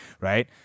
right